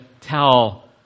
tell